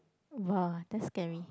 !woah! that's scary